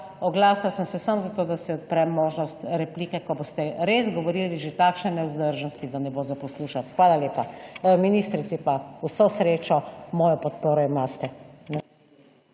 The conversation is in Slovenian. oglasila sem se samo za to, da si odprem možnost replike, ko boste res govorili že takšne nevzdržnosti, da ne bo za poslušati. Hvala lepa, ministrici pa vso srečo, mojo podporo imate.